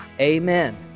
Amen